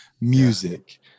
music